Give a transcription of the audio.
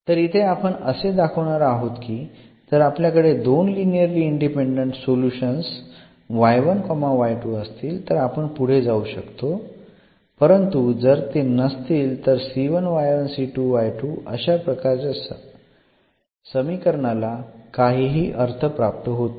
तर इथे आपण असे दाखवणार आहोत की जर आपल्याकडे दोन लिनिअरली इंडिपेंडेंट सोल्युशन्स असतील तर आपण पुढे जाऊ शकतो परंतु जर ते नसतील तर अशा प्रकारच्या समीकरणाला काहीही अर्थ प्राप्त होत नाही